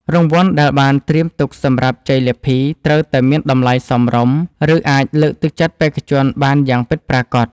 រង្វាន់ដែលបានត្រៀមទុកសម្រាប់ជ័យលាភីត្រូវតែមានតម្លៃសមរម្យ ឬ អាចលើកទឹកចិត្តបេក្ខជនបានយ៉ាងពិតប្រាកដ។